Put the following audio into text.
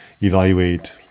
evaluate